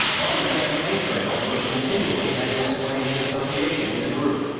on the campaign trail, bush continually had to explain his association with the group.